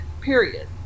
Period